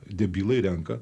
debilai renka